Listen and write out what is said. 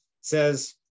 says